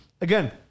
again